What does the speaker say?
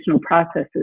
processes